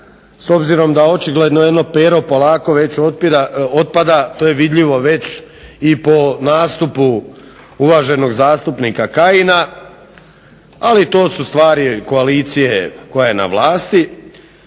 s obzirom da očigledno jedno pero polako već otpada, to je vidljivo već i po nastupu uvaženog nastupa Kajina, ali to su stvari koalicije koja je na vlasti.